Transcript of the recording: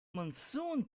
monsoon